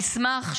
המסמך,